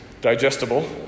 digestible